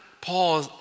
Paul